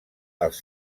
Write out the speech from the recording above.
els